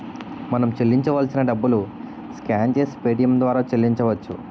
మనం చెల్లించాల్సిన డబ్బులు స్కాన్ చేసి పేటియం ద్వారా చెల్లించవచ్చు